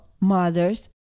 mothers